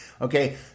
Okay